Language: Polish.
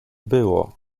było